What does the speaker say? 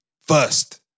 first